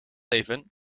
even